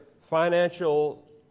financial